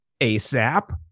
ASAP